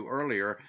earlier